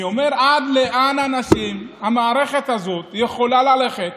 אני אומר, עד לאן, אנשים, המערכת הזאת יכולה ללכת?